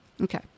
Okay